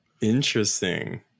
Interesting